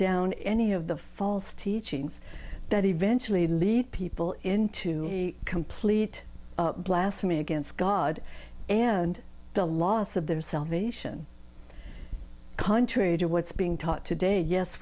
down any of the false teachings that eventually lead people into complete blasphemy against god and the loss of their salvation contrary to what's being taught today yes